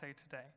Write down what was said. today